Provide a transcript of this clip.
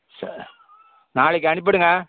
சரி நாளைக்கு அனுப்பிவிடுங்க